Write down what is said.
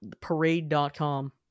parade.com